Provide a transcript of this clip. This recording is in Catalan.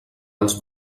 els